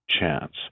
chance